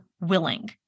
willing